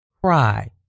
cry